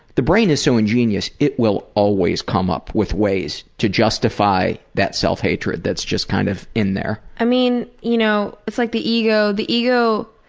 the brain is so ingenious. it will always come up with ways to justify justify that self-hatred that's just kind of in there. i mean, you know, it's like the ego. the ego,